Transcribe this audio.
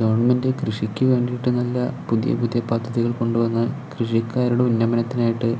government കൃഷിക്ക് വേണ്ടിട്ട് നല്ല പുതിയ പുതിയ പദ്ധതികൾ കൊണ്ടുവന്ന് കൃഷിക്കാരുടെ ഉന്നമനത്തിനായിട്ട്